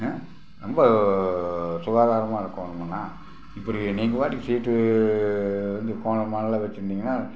ரொம்ப சுகாதாரமாக இருக்கோணுங்கண்ணா இப்படி நீங்கள் பாட்டுக்கு சீட்டு கோணல் மாணலாக வச்சிருந்திங்கன்னா